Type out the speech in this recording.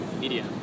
media